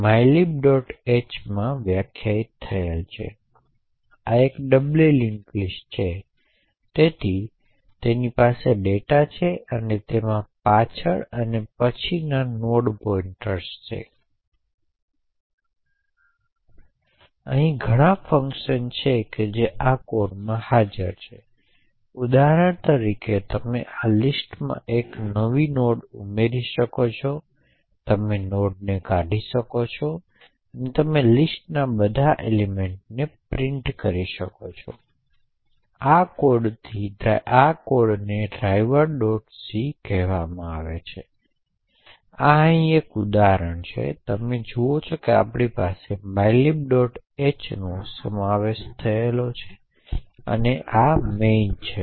અહીં પ્રાપ્ત થયેલ rdtsc ફંક્શનમાં rdtsc તરીકે ઓળખાતી સૂચનાનો ઉપયોગ કરવામાં આવે છે જે બધા ઇન્ટેલ પ્લેટફોર્મ અથવા ઇન્ટેલ પ્રોસેસરો દ્વારા સપોર્ટેડ છે